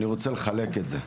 אני רוצה לחלק את זה,